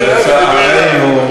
לצערנו,